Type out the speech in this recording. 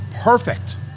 perfect